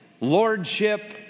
lordship